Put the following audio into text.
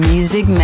Music